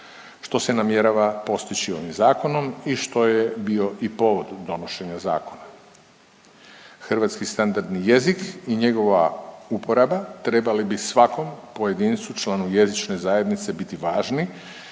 što se namjerava postići ovim zakonom i što je bio i povod donošenja zakona. Hrvatski standardni jezik i njegova uporaba trebali bi svakom pojedinačnom članu jezične zajednice biti važni